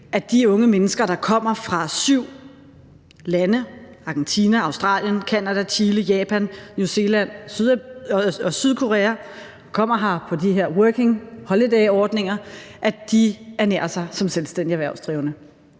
at de unge mennesker, der kommer fra syv lande – Argentina, Australien, Canada, Chile, Japan, New Zealand og Sydkorea – og kommer her på de her Working Holiday-ordninger, ernærer sig som selvstændigt erhvervsdrivende.